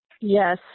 Yes